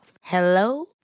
Hello